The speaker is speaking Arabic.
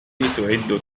تعد